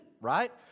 right